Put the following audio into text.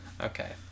Okay